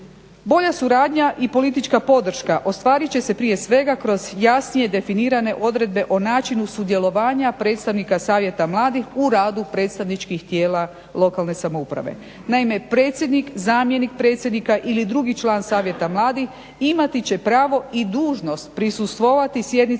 Bolja suradnja i politička podrška ostvarit će se prije svega kroz jasnije definirane odredbe o načinu sudjelovanja predstavnika Savjeta mladih u radu predstavničkih tijela lokalne samouprave. Naime, predsjednik, zamjenik predsjednika ili drugi član Savjeta mladih imati će pravo i dužnost prisustvovati sjednicama